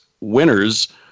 winners